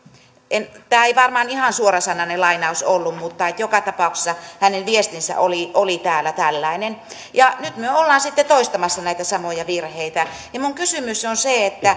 tämä ei varmaan ihan suorasanainen lainaus ollut mutta joka tapauksessa hänen viestinsä oli oli täällä tällainen nyt me olemme sitten toistamassa näitä samoja virheitä minun kysymykseni on